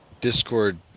Discord